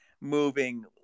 moving